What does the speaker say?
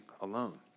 alone